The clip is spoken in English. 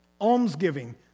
almsgiving